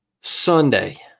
sunday